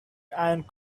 and